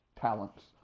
talents